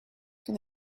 can